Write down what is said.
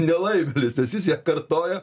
nelaimėlis nes jis ją kartojo